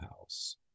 House